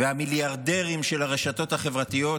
והמיליארדרים של הרשתות החברתיות